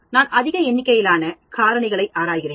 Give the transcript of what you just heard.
நான் அதிக எண்ணிக்கையிலான காரணிகளை ஆராய்கிறோம்